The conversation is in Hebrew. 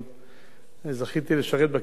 אני זכיתי לשרת בכנסת יחד אתו.